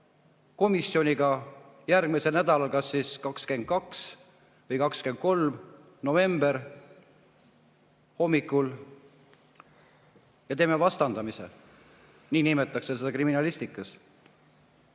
komisjoniga järgmisel nädalal, kas 22. või 23. novembri hommikul, ja teeme vastandamise – nii nimetatakse seda kriminalistikas.